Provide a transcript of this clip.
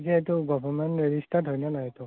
পিছে এইটো government registered হয় নে নহয় এইটো